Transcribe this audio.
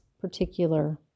particular